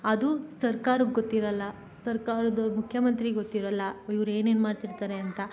ಅದು ಸರ್ಕಾರಕ್ಕೆ ಗೊತ್ತಿರೋಲ್ಲ ಸರ್ಕಾರದ ಮುಖ್ಯಮಂತ್ರಿಗೆ ಗೊತ್ತಿರೋಲ್ಲ ಇವ್ರು ಏನೇನು ಮಾಡ್ತಿರ್ತಾರೆ ಅಂತ